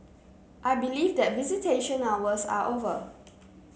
I believe that visitation hours are over